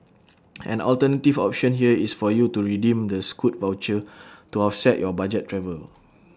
an alternative option here is for you to redeem the scoot voucher to offset your budget travel